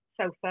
sofa